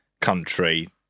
country